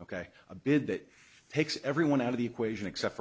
ok a bid that takes everyone out of the equation except for